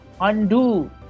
undo